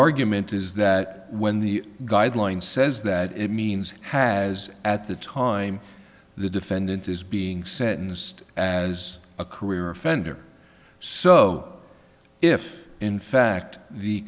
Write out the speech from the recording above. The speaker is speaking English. argument is that when the guideline says that it means has at the time the defendant is being sentenced as a career offender so if in fact the